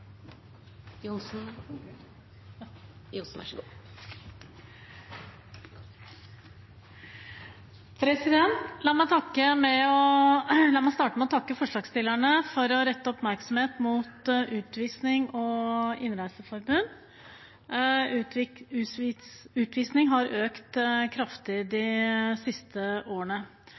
La meg starte med å takke forslagsstillerne for å rette oppmerksomhet mot utvisning og innreiseforbud. Antall utvisninger har økt kraftig de siste årene.